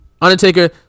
Undertaker